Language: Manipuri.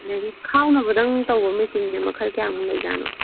ꯑꯗꯩꯗꯤ ꯈꯥꯎꯅꯕꯗꯪ ꯇꯧꯕ ꯃꯦꯆꯤꯟꯁꯦ ꯃꯈꯜ ꯀꯌꯥꯃꯨꯛ ꯂꯩꯖꯥꯠꯅꯣ